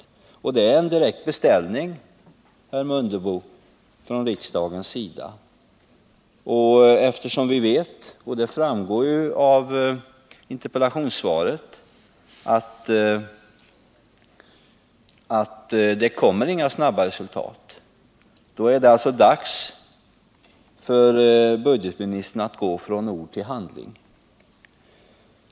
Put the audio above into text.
Det är en direkt beställning, herr Mundebo, från riksdagens sida. Eftersom vi vet — och det framgår ju av interpellationssvaret — att det inte kommer snabba resultat, är det alltså dags för budgetministern att gå från ord till handling.